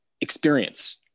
Experience